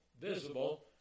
visible